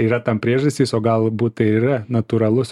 yra tam priežastys o galbūt tai ir yra natūralus